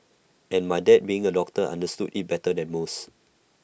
and my dad being A doctor understood IT better than most